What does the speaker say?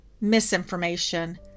misinformation